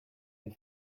and